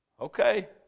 Okay